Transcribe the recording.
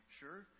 sure